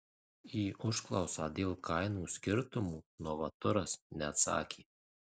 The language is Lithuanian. į užklausą dėl kainų skirtumų novaturas neatsakė